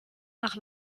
nach